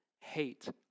hate